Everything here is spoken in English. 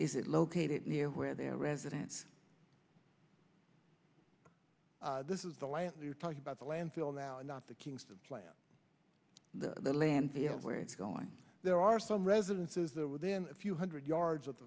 is it located near where their residence this is the land you're talking about the landfill now and not the kingston plant the landfill where it's going there are some residences there within a few hundred yards